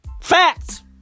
Facts